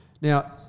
Now